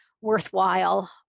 worthwhile